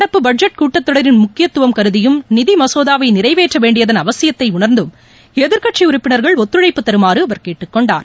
நடப்பு பட்ஜெட் கூட்டத்தொடரின் முக்கியத்துவம் கருதியும் நிதி மசோதாவை நிறைவேற்ற வேண்டியதன் அவசியத்தை உணர்ந்தும் எதிர்கட்சி உறுப்பினர்கள் ஒத்துழைப்பு தருமாறு அவர் கேட்டுக்கொண்டார்